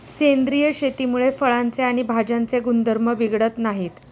सेंद्रिय शेतीमुळे फळांचे आणि भाज्यांचे गुणधर्म बिघडत नाहीत